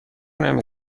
نمی